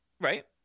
right